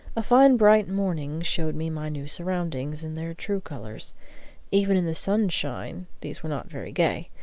a fine, bright morning showed me my new surroundings in their true colors even in the sunshine these were not very gay.